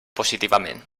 positivament